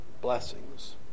blessings